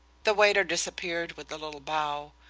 the waiter disappeared with a little bow.